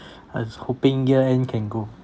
I just hoping year end can go